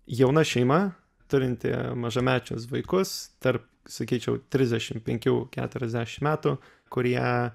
jauna šeima turinti mažamečius vaikus tarp sakyčiau trisdešim penkių keturiasdešim metų kurie